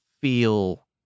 feel